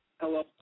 Hello